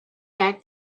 back